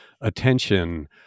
attention